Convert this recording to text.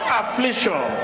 affliction